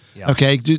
Okay